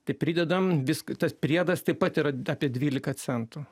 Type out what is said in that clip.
tai pridedam vis tas priedas taip pat yra apie dvylika centų